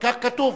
כך כתוב.